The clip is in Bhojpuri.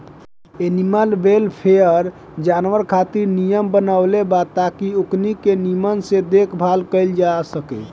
एनिमल वेलफेयर, जानवर खातिर नियम बनवले बा ताकि ओकनी के निमन से देखभाल कईल जा सके